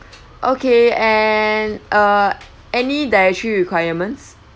okay and uh any dietary requirements